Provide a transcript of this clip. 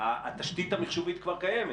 התשתית המחשובית כבר קיימת.